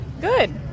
Good